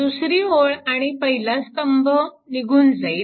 दुसरी ओळ आणि पहिला स्तंभ निघून जाईल